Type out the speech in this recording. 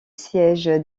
siège